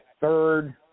third